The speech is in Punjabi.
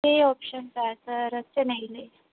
ਇਹ ਆਪਸ਼ਨਸ ਹੈ ਸਰ ਚੇਨਈ ਲਈ